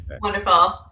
Wonderful